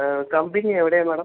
company എവിടെയാണ് madam